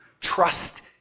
trust